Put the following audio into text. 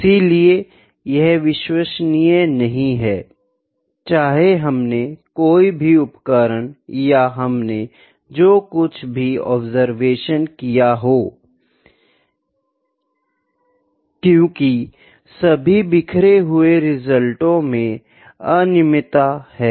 इसलिए यह विश्वसनीय नहीं है चाहे हमने कोई भी उपकरण या हमने जो कुछ भी ऑब्जर्वेशन किया हो क्योकि सभी बिखरें हुए परिणामो में अनियमित है